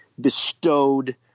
bestowed